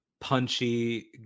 punchy